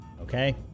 Okay